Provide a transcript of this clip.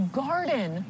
garden